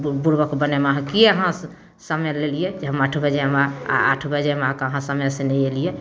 बुड़बक बनाएब अहाँ किएक अहाँ समय लेलिए जे हम आठ बजे आठ बजेमे आ कऽ अहाँ समयसँ नहि अएलिए